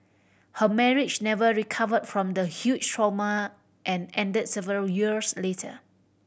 her marriage never recover from the huge trauma and ended several years later